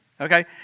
Okay